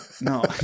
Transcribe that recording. No